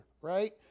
right